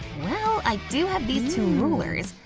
well, i do have these two rulers,